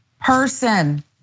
person